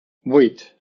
vuit